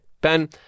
Ben